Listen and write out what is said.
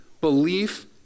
Belief